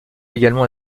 également